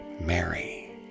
Mary